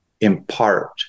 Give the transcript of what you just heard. impart